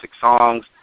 songs